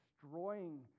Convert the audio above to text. destroying